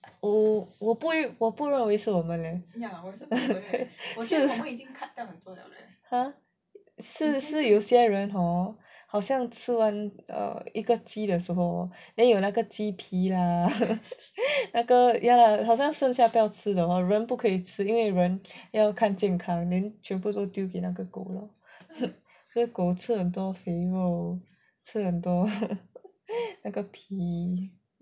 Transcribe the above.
我不会我不认为是我们 leh 是 !huh! 是有些人 hor 好像吃完一个鸡的时候 then 有那个鸡皮 lah 那个 ya lah 好像剩下不要吃的 hor 人不可以吃因为人要看见健康 then 全部都丢给那个狗 lor then 狗吃很多肥肉吃很多那个皮